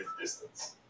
distance